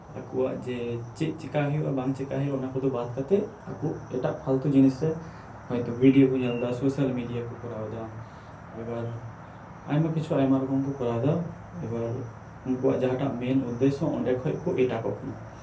ᱟᱠᱩᱣᱟᱜ ᱡᱮ ᱪᱮᱫ ᱪᱮᱠᱟ ᱦᱩᱭᱩᱜ ᱟ ᱵᱟᱝ ᱪᱮᱠᱟ ᱦᱩᱭᱩᱜ ᱟ ᱚᱱᱟᱠᱚᱫᱚ ᱵᱟᱛ ᱠᱟᱛᱮᱜ ᱟᱠᱩ ᱮᱴᱟᱜ ᱯᱷᱟᱞᱛᱩ ᱡᱤᱱᱤᱥᱨᱮ ᱦᱚᱭᱛᱚ ᱵᱷᱤᱰᱭᱚ ᱠᱩ ᱧᱮᱞᱫᱟ ᱥᱚᱥᱟᱞ ᱢᱤᱰᱤᱭᱟᱠᱩ ᱠᱚᱨᱟᱣᱮᱫᱟ ᱮᱵᱟᱨ ᱟᱭᱢᱟ ᱠᱤᱪᱷᱩ ᱟᱭᱢᱟ ᱨᱚᱠᱚᱢᱠᱩ ᱠᱚᱨᱟᱣᱮᱫᱟ ᱮᱵᱟᱨ ᱩᱱᱠᱩᱣᱟᱜ ᱡᱟᱦᱟᱸᱴᱟᱜ ᱢᱮᱱ ᱩᱫᱫᱮᱥᱚ ᱚᱸᱰᱮᱠᱷᱚᱡ ᱠᱩ ᱮᱴᱟᱠᱚᱜ ᱠᱟᱱᱟ